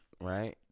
Right